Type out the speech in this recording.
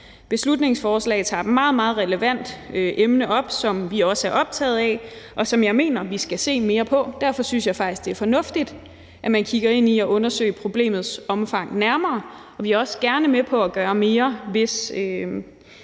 beslutningsforslag tager et meget, meget relevant emne op, som vi også er optaget af, og som jeg mener vi skal se mere på. Derfor synes jeg faktisk, at det er fornuftigt, at man kigger ind i at undersøge problemets omfang nærmere. Og vi er også gerne med på at gøre mere, hvis